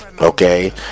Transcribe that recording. okay